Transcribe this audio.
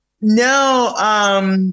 no